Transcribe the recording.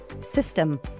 system